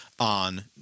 On